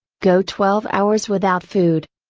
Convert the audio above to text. go twelve hours without food.